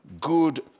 good